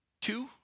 two